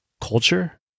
culture